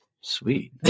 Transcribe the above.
Sweet